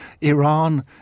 Iran